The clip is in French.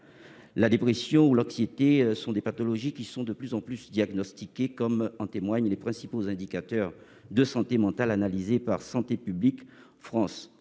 La dépression ou l'anxiété sont des pathologies qui sont de plus en plus diagnostiquées, comme en témoignent les principaux indicateurs de santé mentale analysés par Santé publique France.